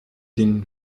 den